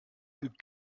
übt